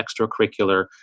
extracurricular